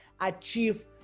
achieve